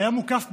היה מוקף באנשים,